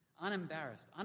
unembarrassed